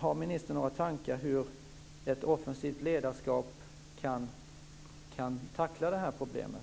Har ministern några tankar på hur ett offensivt ledarskap kan tackla det problemet?